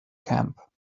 camp